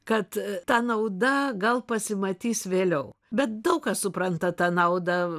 kad ta nauda gal pasimatys vėliau bet daug kas supranta tą naudą